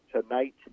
tonight